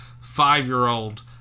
five-year-old